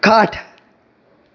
खाट